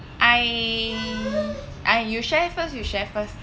I I you share first you share first